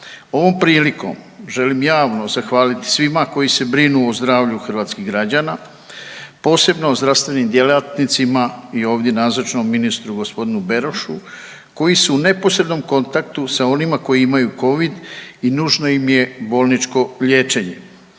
Ovom prilikom želim javno zahvaliti svima koji se brinu o zdravlju hrvatskih građana. Posebno zdravstvenim djelatnicima i ovdje nazočnom ministru gospodinu Berošu koji su u neposrednom kontaktu s onima koji imaju Covid i nužno im je bolničko liječenje.